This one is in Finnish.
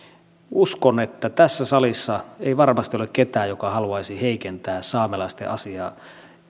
uskon että tässä salissa ei varmasti ole ketään joka haluaisi heikentää saamelaisten asiaa